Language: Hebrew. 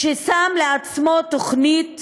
ששם לעצמו תוכנית